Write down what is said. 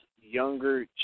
younger